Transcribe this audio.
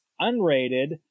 unrated